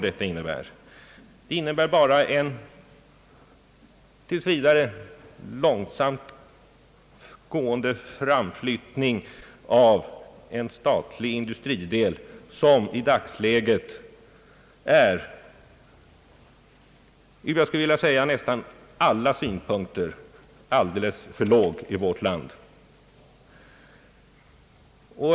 Detinnebär bara en tills vidare långsam framflyttning för den statliga industridelen som i dagsläget är från nästan alla synpunkter alldeles för låg i vårt land.